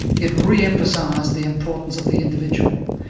it re-emphasised the importance of the individual,